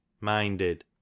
minded